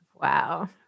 Wow